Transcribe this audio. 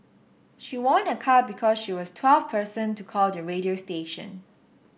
she won a car because she was twelfth person to call the radio station